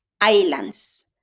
islands